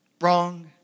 Wrong